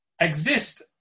exist